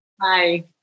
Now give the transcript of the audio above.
Hi